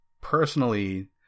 personally